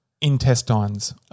intestines